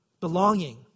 Belonging